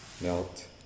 melt